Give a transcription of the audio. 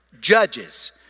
judges